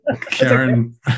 Karen